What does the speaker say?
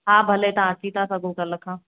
हा भले तव्हां अची था सघो कल्ह खां